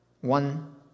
One